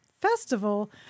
festival